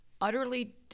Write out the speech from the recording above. utterly